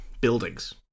buildings